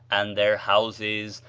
and their houses,